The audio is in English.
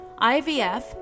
IVF